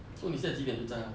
so 你现在几点就在他